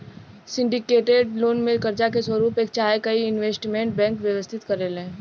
syndicated loan में कर्जा के स्वरूप एक चाहे कई इन्वेस्टमेंट बैंक व्यवस्थित करेले